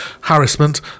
harassment